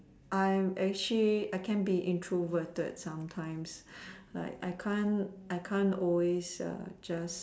I'm actually I can be introverted sometimes like I can't I can't always just